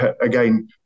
again